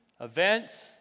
events